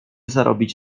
zarobić